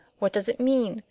what does it mean?